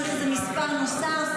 צריך איזה מספר נוסף,